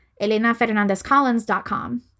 ElenaFernandezCollins.com